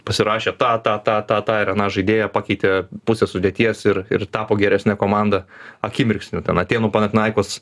pasirašė tą tą tą tą tą ir aną žaidėją pakeitė pusę sudėties ir ir tapo geresne komanda akimirksniu ten atėnų panathinaikos